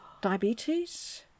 diabetes